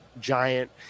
giant